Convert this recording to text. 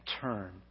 turn